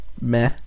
Meh